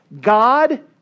God